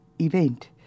event